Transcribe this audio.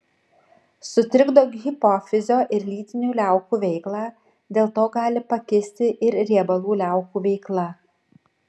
sutrikdo hipofizio ir lytinių liaukų veiklą dėl to gali pakisti ir riebalų liaukų veikla